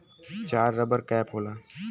चार rubber cap होला